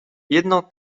jedno